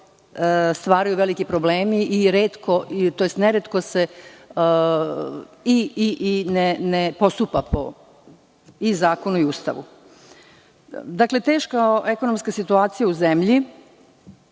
stvaraju veliki problemi, tj. neretko se ne postupa po zakonu i Ustavu. Dakle, teška ekonomska situacija u zemlji